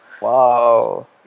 Wow